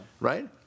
right